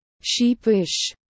Sheepish